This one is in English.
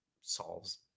solves